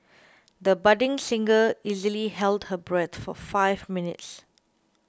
the budding singer easily held her breath for five minutes